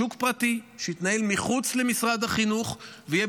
שוק פרטי שיתנהל מחוץ למשרד החינוך ויהיה